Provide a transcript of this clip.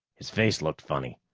his face looked funny,